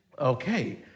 Okay